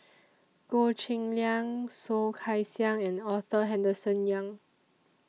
Goh Cheng Liang Soh Kay Siang and Arthur Henderson Young